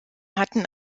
hatten